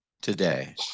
today